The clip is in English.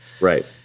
Right